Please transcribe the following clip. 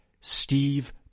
Steve